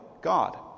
God